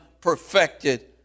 perfected